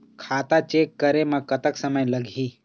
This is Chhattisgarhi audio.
खाता चेक करे म कतक समय लगही?